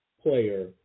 player